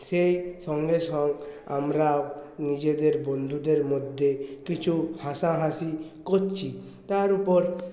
সেই সঙ্গে সব আমরা নিজেদের বন্ধুদের মধ্যে কিছু হাসাহাসি করছি তার উপর